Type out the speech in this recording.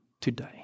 today